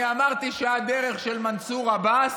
אני אמרתי שהדרך של מנסור עבאס